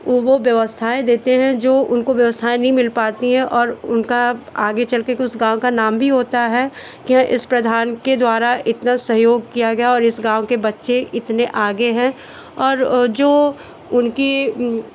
वो व्यवस्थाएँ देते हैं जो उनको व्यवस्थाएँ नहीं मिल पाती है और उनका आगे चलके उस गाँव का नाम भी होता है कि इस प्रधान के द्वारा इतना सहयोग किया गया और इस गाँव के बच्चे इतने आगे हैं और जो उनकी